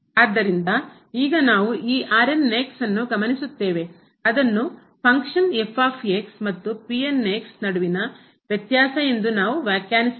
ಆದ್ದರಿಂದ ಈಗ ನಾವು ಈ ನ್ನು ಗಮನಿಸುತ್ತೇವೆ ಅದನ್ನು ಫಂಕ್ಷನ್ ಮತ್ತು ಕ್ರಿಯೆಯ ನಡುವಿನ ವ್ಯತ್ಯಾಸ ಎಂದು ನಾವು ವ್ಯಾಖ್ಯಾನಿಸಿದೇವೆ